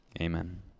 amen